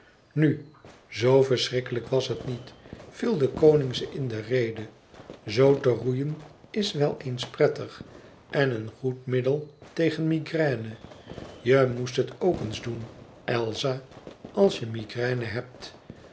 nu zoo verschrikkelijk was het niet viel de koning ze in de rede zoo te roeien is wel eens prettig en een goed middel tegen migraine je moest het ook eens doen elsa als je migraine hebt